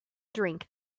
drink